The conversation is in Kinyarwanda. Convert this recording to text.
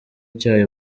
icyayi